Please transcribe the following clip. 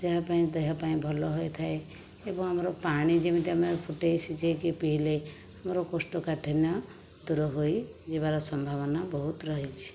ଯାହା ପାଇଁ ଦେହ ପାଇଁ ଭଲ ହୋଇଥାଏ ଏବଂ ଆମର ପାଣି ଯେମିତି ଆମେ ଫୁଟାଇ ସିଝାଇକି ପିଇଲେ ଆମର କୋଷ୍ଠକାଠିନ୍ୟ ଦୂର ହୋଇଯିବାର ସମ୍ଭାବନା ବହୁତ ରହିଛି